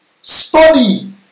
Study